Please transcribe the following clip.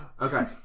Okay